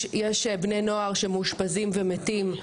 יש בני נוער שמאושפזים ומתים.